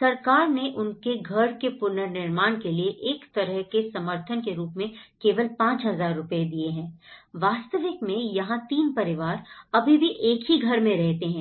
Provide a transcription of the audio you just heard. सरकार ने उनके घर के पुनर्निर्माण के लिए एक तरह के समर्थन के रूप में केवल 5000 रुपये दिए हैं वास्तविक मैं यहां 3 परिवार अभी भी एक ही घर में रहते हैं